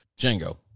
Django